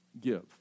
give